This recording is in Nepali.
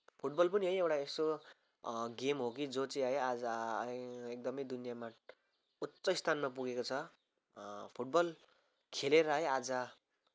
फुटबल पनि है एउटा यसो गेम हो कि जो चाहिँ है आज एकदमै दुनियाँमा उच्च स्थानमा पुगेको छ फुटबल खेलेर है आज